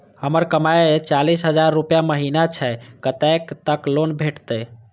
हमर कमाय चालीस हजार रूपया महिना छै कतैक तक लोन भेटते?